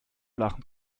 lachen